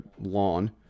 lawn